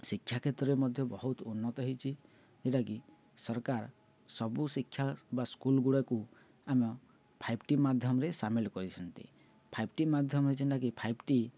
ଶିକ୍ଷା କ୍ଷେତ୍ରରେ ମଧ୍ୟ ବହୁତ ଉନ୍ନତ ହେଇଛି ଯେଉଁଟାକି ସରକାର ସବୁ ଶିକ୍ଷା ବା ସ୍କୁଲ୍ ଗୁଡ଼ାକୁ ଆମେ ଫାଇବ୍ ଟି ମାଧ୍ୟମରେ ସାମିଲ କରିଛନ୍ତି ଫାଇବ୍ ଟି ମାଧ୍ୟମରେ ଯେନ୍ଟାକି ଫାଇବ୍ ଟି